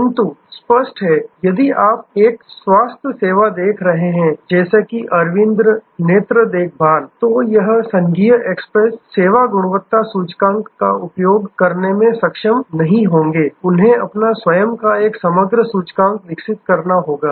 किंतु स्पष्ट है यदि आप एक स्वास्थ्य सेवा देख रहे हैं जैसे अरविंद नेत्र देखभाल तो यह संघीय एक्सप्रेस सेवा गुणवत्ता सूचकांक का उपयोग करने में सक्षम नहीं होंगे उन्हें अपना स्वयं का एक समग्र सूचकांक विकसित करना होगा